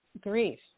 grief